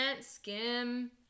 skim